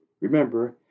remember